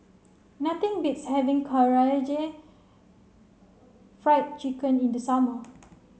nothing beats having Karaage Fried Chicken in the summer